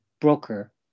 broker